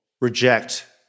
reject